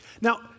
Now